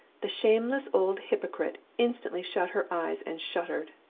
the shameless old hypocrite instantly shut her eyes and shuddered.